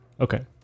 Okay